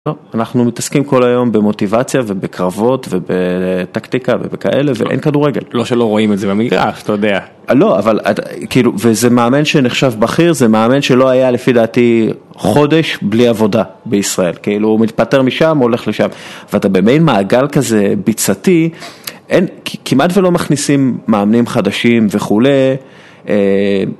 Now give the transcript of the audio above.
אנחנו מתעסקים כל היום במוטיבציה ובקרבות ובטקטיקה וכאלה ואין כדורגל. לא שלא רואים את זה במגרש, אתה יודע. לא, אבל כאילו, וזה מאמן שנחשב בכיר, זה מאמן שלא היה לפי דעתי חודש בלי עבודה בישראל. כאילו הוא מתפטר משם, הולך לשם. ואתה במאין מעגל כזה ביצתי, אין, כמעט ולא מכניסים מאמנים חדשים וכולי.